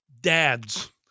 dads